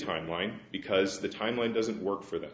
timeline because the timeline doesn't work for them